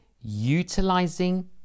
utilizing